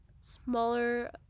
smaller